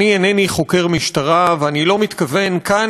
אני אינני חוקר משטרה ואני לא מתכוון כאן